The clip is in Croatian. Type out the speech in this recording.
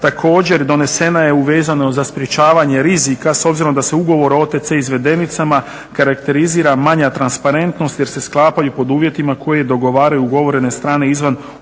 Također donesena je vezano za sprečavanje rizika s obzirom da se ugovor o OTC izvedenicama karakterizira manja transparentnost jer se sklapaju pod uvjetima koje dogovaraju ugovorene strane izvan uređenog